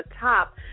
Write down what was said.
top